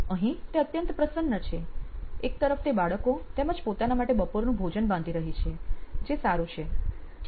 અહીં તે અત્યંત પ્રસન્ન છે એક તરફ તે બાળકો તેમજ પોતાના માટે બપોરનું ભોજન બાંધી રહી છે જે સારું છે ઠીક છે